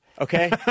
Okay